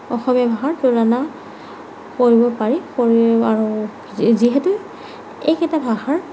অসমীয়া ভাষাৰ তুলনা কৰিব পাৰি কৰি আৰু যি যিহেতু এইকেইটা ভাষাৰ